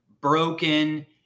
broken